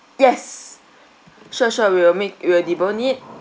yes sure sure we'll make we'll debone it